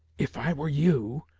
if i were you,